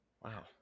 Wow